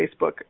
Facebook